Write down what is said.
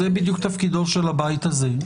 זה בדיוק תפקידו של הבית הזה.